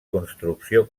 construcció